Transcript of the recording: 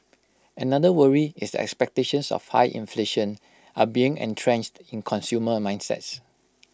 another worry is that expectations of high inflation are becoming entrenched in consumer mindsets